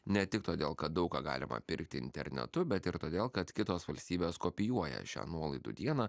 ne tik todėl kad daug ką galima pirkti internetu bet ir todėl kad kitos valstybės kopijuoja šią nuolaidų dieną